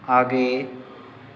आगे